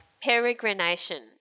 Peregrination